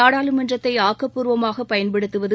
நாடாளுமன்றத்தை ஆக்கப்பூர்வமாக பயன்படுத்துவது